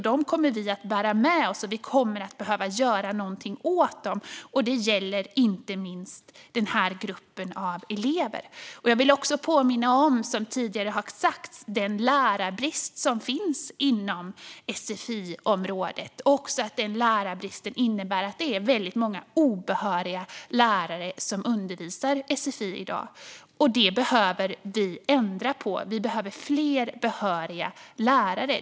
Dem kommer vi att bära med oss, och vi kommer att behöva göra någonting åt dem. Det gäller inte minst den här gruppen av elever. Jag vill också påminna om den lärarbrist som finns inom sfi-områden och som tidigare har nämnts. Den lärarbristen innebär att det är väldigt många obehöriga lärare som undervisar i sfi i dag. Det behöver vi ändra på. Vi behöver fler behöriga lärare.